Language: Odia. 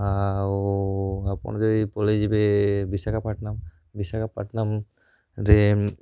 ଆଉ ଆପଣ ଯଦି ପଳାଇ ଯିବେ ବିଶାଖାପାଟନମ ବିଶାଖାପାଟନମ ରେ